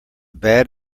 bad